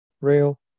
rail